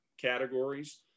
categories